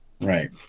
Right